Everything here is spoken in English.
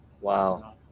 Wow